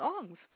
songs